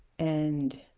and